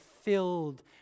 filled